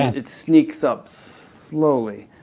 and it sneaks up slowly,